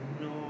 no